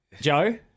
Joe